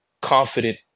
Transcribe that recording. confident